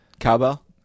Cowbell